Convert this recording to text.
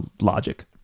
logic